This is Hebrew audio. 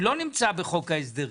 לא נמצא בחוק ההסדרים.